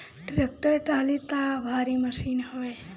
tractor trolley तअ भारी machine हवे